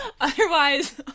Otherwise